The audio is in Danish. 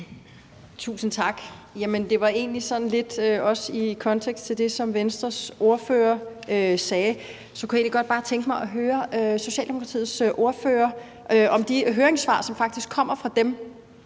Tusind tak. Sådan lidt i samme kontekst som det, Venstres ordfører sagde, kunne jeg egentlig bare tænke mig at høre Socialdemokratiets ordfører om de høringssvar, som faktisk kommer fra dem,